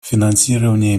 финансирование